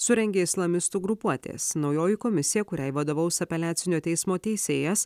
surengė islamistų grupuotės naujoji komisija kuriai vadovaus apeliacinio teismo teisėjas